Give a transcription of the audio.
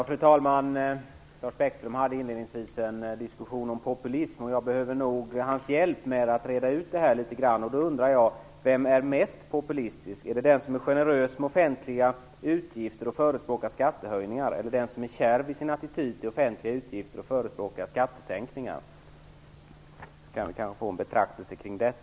Fru talman! Lars Bäckström förde inledningsvis en diskussion om populism. Jag behöver nog hans hjälp för att reda ut detta. Jag undrar vem som är mest populistisk. Är det den som är generös med offentliga utgifter och förespråkar skattehöjningar eller den som är kärv i sin attityd till offentliga utgifter och förespråkar skattesänkningar? Vi kan kanske få en betraktelse kring det.